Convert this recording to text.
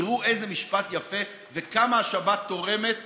תראו איזה משפט יפה, וכמה השבת תורמת